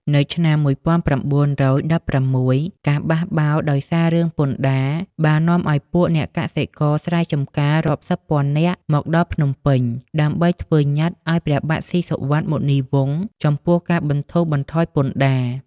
នៅឆ្នាំ១៩១៦ ការបះបោរដោយសាររឿងពន្ធដារ បាននាំឲ្យពួកអ្នកកសិករស្រែចម្ការរាប់សិបពាន់នាក់មកដល់ភ្នំពេញដើម្បីធ្វើញត្តិអោយព្រះបាទស៊ីសុវត្ថិ មុនីវង្ស ចំពោះការបន្ធូរបន្ថយពន្ធដារ។